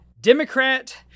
Democrat